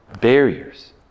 barriers